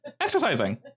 exercising